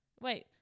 wait